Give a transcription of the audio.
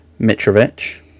Mitrovic